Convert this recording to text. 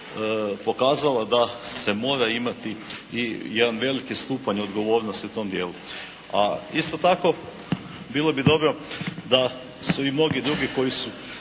pokazala da se mora imati i jedan veliki stupanj odgovornosti u tom dijelu. A isto tako bilo bi dobro da su i mnogi drugi koji su